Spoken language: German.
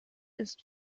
ist